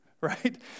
right